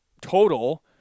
total